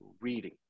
reading